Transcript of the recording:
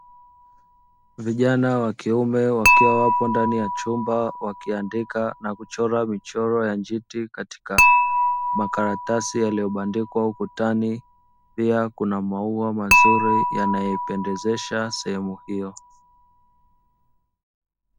Vijana wa kiume wakiwa wapo ndani ya chumba wakiandika na kuchora michoro ya njiti katika makaratasi yaliyo bandikwa ukutani pia kuna maua mazuri yana ipendezesha sehemu hiyo.